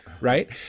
right